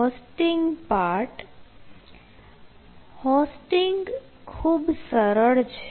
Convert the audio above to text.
hosting part hosting ખૂબ સરળ છે